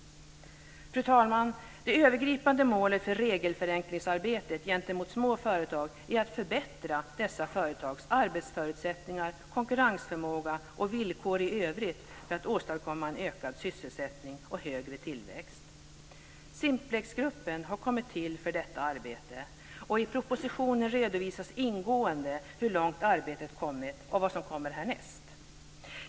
Fru talman! Det övergripande målet för regelförenklingsarbetet gentemot små företag är att förbättra dessa företags arbetsförutsättningar, konkurrensförmåga och villkor i övrigt för att åstadkomma en ökad sysselsättning och högre tillväxt. Simplexgruppen har kommit till för detta arbete. I propositionen redovisas ingående hur långt arbetet kommit och vad som kommer härnäst.